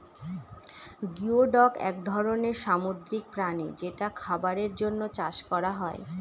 geoduck এক ধরনের সামুদ্রিক প্রাণী যেটা খাবারের জন্য চাষ করা হয়